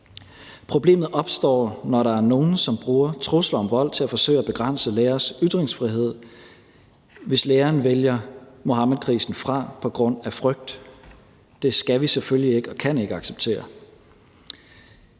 Problemet opstår, når der er nogle, som bruger trusler om vold til at forsøge at begrænse læreres ytringsfrihed, og hvis lærere vælgere Muhammedkrisen fra på grund af frygt. Det skal og kan vi selvfølgelig ikke acceptere.